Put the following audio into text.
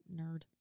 nerd